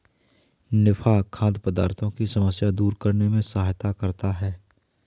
निफा खाद्य पदार्थों की समस्या दूर करने में सहायता करता है